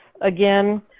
again